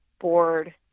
board